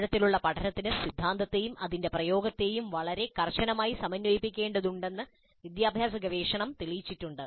ആഴത്തിലുള്ള പഠനത്തിന് സിദ്ധാന്തത്തെയും അതിന്റെ പ്രയോഗത്തെയും വളരെ കർശനമായി സമന്വയിപ്പിക്കേണ്ടതുണ്ടെന്ന് വിദ്യാഭ്യാസ ഗവേഷണം തെളിയിച്ചിട്ടുണ്ട്